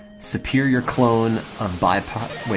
superior cone of byproduct